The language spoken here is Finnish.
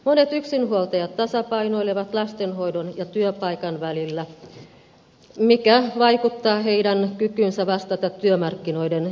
monet yksinhuoltajat tasapainoilevat lastenhoidon ja työpaikan välillä mikä vaikuttaa heidän kykyynsä vastata työmarkkinoiden joustovaatimuksiin